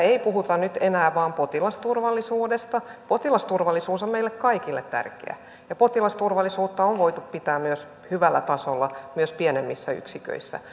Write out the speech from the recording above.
ei puhuta nyt enää vain potilasturvallisuudesta potilasturvallisuus on meille kaikille tärkeä ja potilasturvallisuutta on voitu pitää hyvällä tasolla myös pienemmissä yksiköissä